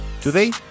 Today